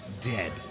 dead